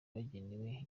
bagenewe